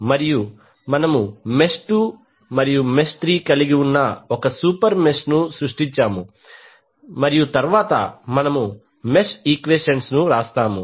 మనము మెష్ 2 మరియు 3 కలిగి ఉన్న ఒక సూపర్ మెష్ ను సృష్టిస్తాము మరియు తరువాత మనము మెష్ ఈక్వెషన్ వ్రాస్తాము